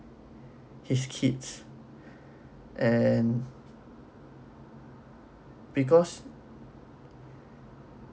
his kids and because